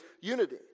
unity